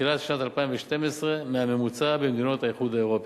בתחילת שנת 2012 מהממוצע במדינות האיחוד האירופי.